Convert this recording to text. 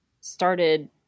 started